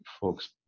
folks